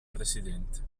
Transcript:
presidente